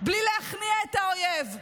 בלי להכניע את האויב,